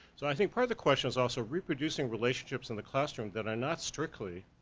so i think part of the question's also reproducing relationships in the classroom that are not strictly